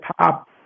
top